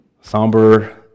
Somber